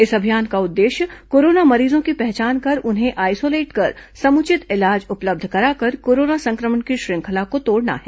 इस अभियान का उद्देश्य कोरोना मरीजों की पहचान कर उन्हें आइसोलेट कर समुचित इलाज उपलब्ध कराकर कोरोना संक्रमण की श्रृंखला को तोड़ना है